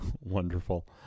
Wonderful